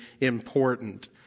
important